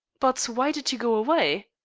but why did you go away?